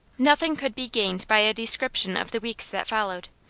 nothing could be gained by a description of the weeks that followed.